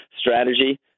strategy